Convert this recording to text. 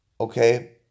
Okay